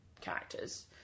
characters